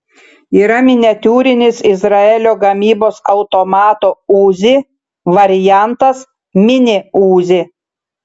yra miniatiūrinis izraelio gamybos automato uzi variantas mini uzi